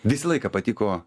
visą laiką patiko